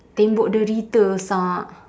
tembok derita sak